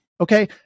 Okay